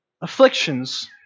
afflictions